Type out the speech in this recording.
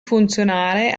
funzionare